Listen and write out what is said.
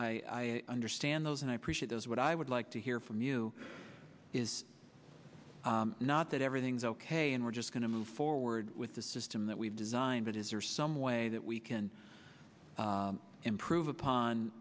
i understand those and i appreciate those what i would like to hear from you is not that everything's ok and we're just going to move forward with the system that we've designed but is there some way that we can improve upon